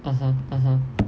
mmhmm mmhmm